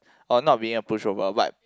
or not being a pushover but